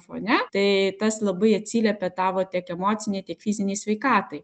fone tai tas labai atsiliepia tavo tiek emocinei tiek fizinei sveikatai